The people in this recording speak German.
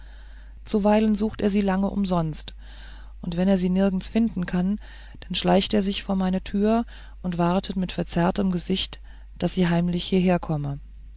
zuweilen sucht er sie lange umsonst und wenn er sie nirgends finden kann dann schleicht er sich vor meine tür und wartet mit verzerrtem gesicht daß sie heimlich